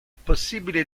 possibile